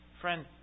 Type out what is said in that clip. Friend